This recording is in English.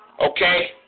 Okay